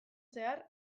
zehar